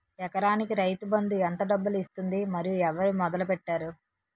ఎకరానికి రైతు బందు ఎంత డబ్బులు ఇస్తుంది? మరియు ఎవరు మొదల పెట్టారు?